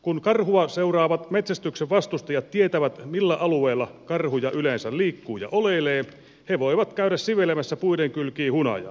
kun karhua seuraavat metsästyksen vastustajat tietävät millä alueella karhuja yleensä liikkuu ja oleilee he voivat käydä sivelemässä puiden kylkiin hunajaa